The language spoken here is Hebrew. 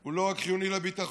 הוא לא רק חיוני לביטחון,